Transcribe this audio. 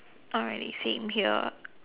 not really same here